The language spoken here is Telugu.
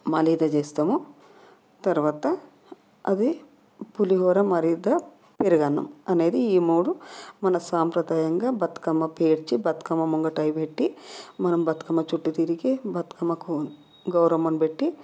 మరీదా చేస్తాము తర్వాత అది పులిహోర మరీదా మరియు పెరుగన్నం అనేది ఈ మూడు మన సాంప్రదాయంగా బతుకమ్మ పేర్చి బతుకమ్మ ముంగట అవి పెట్టి మనం బతుకమ్మ చుట్టు తిరిగి బతుకమ్మకు గౌరమ్మను పెట్టి